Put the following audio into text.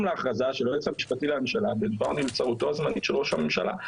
להכרזה של היועץ המשפטי לממשלה בדבר נבצרותו הזמנית של ראש הממשלה".